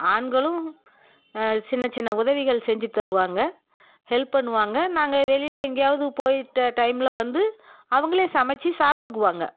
ஆண்களும் சின்ன சின்ன உதவிகள் செஞ்சு தருவாங்க ஹெல்ப் பண்ணுவாங்க நாங்கள் வெளியிலேயே எங்கேயாவது போய் டைமில் வந்து அவர்களே சமைத்து சாப்பிட்டுக்குவாங்க